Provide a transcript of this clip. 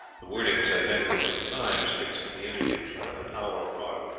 the wording was identical, but the times fixed for the interview were an hour apart.